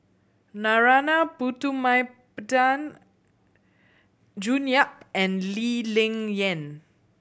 Narana Putumaippittan June Yap and Lee Ling Yen